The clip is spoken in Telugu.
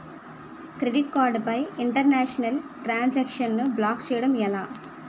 క్రెడిట్ కార్డ్ పై ఇంటర్నేషనల్ ట్రాన్ సాంక్షన్ బ్లాక్ చేయటం ఎలా?